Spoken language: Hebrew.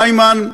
איימן,